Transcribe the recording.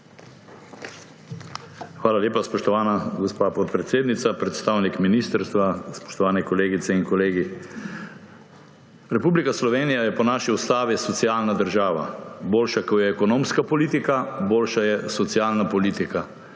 Hvala lepa, spoštovana gospa podpredsednica. Predstavnik ministrstva, spoštovane kolegice in kolegi! Republika Slovenija je po naši ustavi socialna država. Boljša kot je ekonomska politika, boljša je socialna politika.